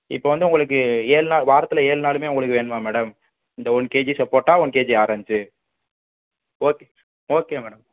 இப்போ வந்து உங்களுக்கு ஏழு நா வாரத்தில் ஏழு நாளுமே உங்களுக்கு வேணுமா மேடம் இந்த ஒன் கேஜி சப்போட்டா one KG orange okay okay madam